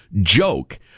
joke